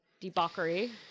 debauchery